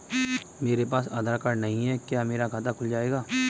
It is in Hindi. मेरे पास आधार कार्ड नहीं है क्या मेरा खाता खुल जाएगा?